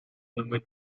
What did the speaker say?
aumônier